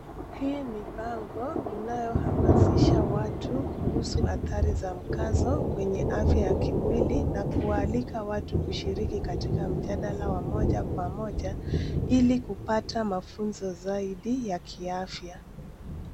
Hii ni bango inayohamasisha watu kuhusu athari za mkazo kwenye afya ya kimwili ana kualika watu kushiriki katika mjadala wa moja kwa moja ili kupata mafunzo zaidi ya kiafya.